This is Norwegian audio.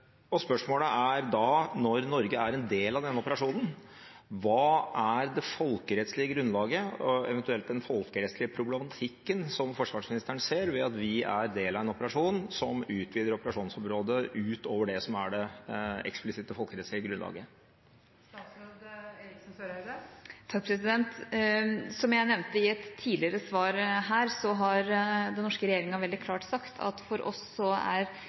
territorium. Spørsmålet er da, når Norge er en del av denne operasjonen: Hva er det folkerettslige grunnlaget, eventuelt den folkerettslige problematikken, som forsvarsministeren ser ved at vi er en del av en operasjon som utvider operasjonsområdet utover det som er det eksplisitt folkerettslige grunnlaget? Som jeg nevnte i et tidligere svar, har den norske regjeringa veldig klart sagt at for oss er